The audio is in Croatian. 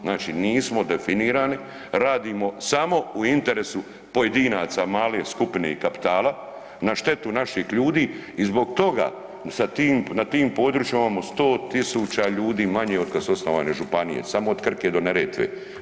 Znači nismo definirali, radimo samo u interesu pojedinaca, male skupine kapitala, na štetu naših ljudi i zbog toga sa tim, na tim područjima imamo 100 tisuća ljudi otkad su osnovane županije, samo od Krke do Neretve.